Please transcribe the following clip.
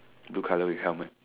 blue colour with helmet